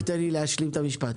רק תן לי להשלים את המשפט: